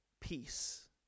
peace